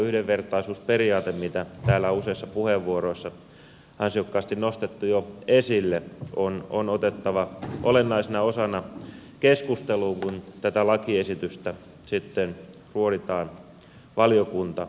yhdenvertaisuusperiaate mitä täällä useissa puheenvuoroissa on ansiokkaasti nostettu jo esille on otettava olennaisena osana keskusteluun kun tätä lakiesitystä sitten ruoditaan valiokuntakäsittelyssä